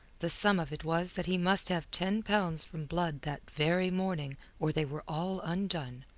the sum of it was that he must have ten pounds from blood that very morning or they were all undone.